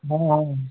हाँ हाँ